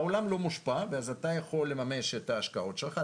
העולם לא מושפע ואז אתה יכול לממש את ההשקעות שלך,